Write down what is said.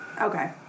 Okay